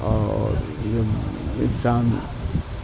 اور یہ انسان